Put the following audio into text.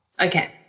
Okay